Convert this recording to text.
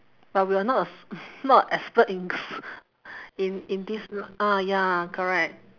but we are not a s~ not a expert in s~ in in this ah ya correct